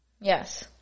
Yes